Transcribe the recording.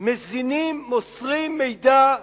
מזינים, מוסרים מידע,